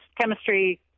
chemistry